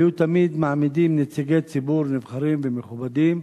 היו תמיד מעמידים נציגי ציבור נבחרים ומכובדים,